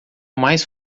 mais